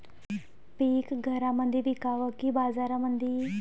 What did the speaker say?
पीक घरामंदी विकावं की बाजारामंदी?